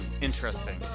interesting